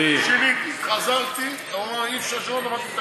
שיניתי, חזרתי, הוא אמר: אי-אפשר לשנות, אמרתי,